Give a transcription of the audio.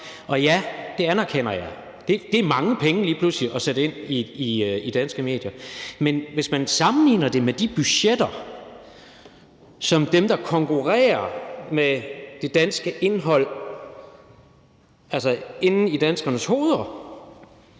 Og ja, det anerkender jeg. Det er mange penge lige pludselig at sende ind i danske medier, men hvis man sammenligner det med de budgetter, som de, der konkurrerer med det danske indhold, altså inde i danskernes hoveder,